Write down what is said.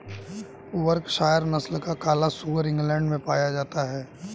Berkshire नस्ल का काला सुअर इंग्लैण्ड में पाया जाता है